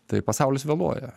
tai pasaulis vėluoja